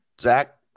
Zach